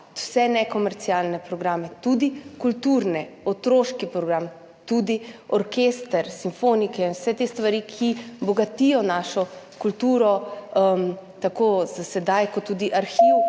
vse nekomercialne programe, tudi kulturne, otroški program, orkester, simfonike in vse te stvari, ki bogatijo našo kulturo tako za sedaj kot tudi za arhiv,